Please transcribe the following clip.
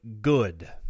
good